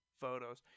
photos